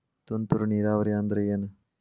ತುಂತುರು ನೇರಾವರಿ ಅಂದ್ರ ಏನ್?